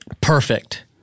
Perfect